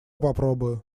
попробую